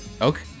okay